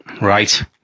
Right